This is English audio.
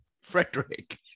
Frederick